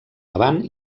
davant